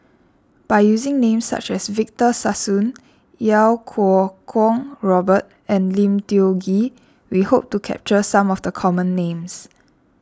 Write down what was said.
by using names such as Victor Sassoon Iau Kuo Kwong Robert and Lim Tiong Ghee we hope to capture some of the common names